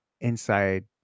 inside